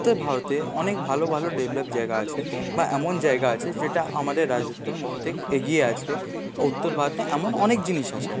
উত্তর ভারতে অনেক ভালো ভালো ডেভলপ জায়গা আছে বা এমন জায়গা আছে যেটা আমাদের রাজত্বর মধ্যে এগিয়ে আছে উত্তর ভারতে এমন অনেক জিনিস আছে